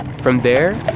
from there,